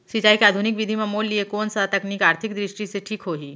सिंचाई के आधुनिक विधि म मोर लिए कोन स तकनीक आर्थिक दृष्टि से ठीक होही?